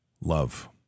Love